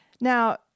Now